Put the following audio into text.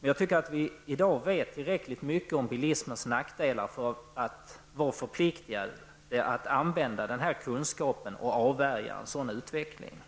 men vi vet i dag tillräckligt mycket om bilismens nackdelar för att vara förpliktigade att använda vår kunskap till att avvärja en sådan utveckling.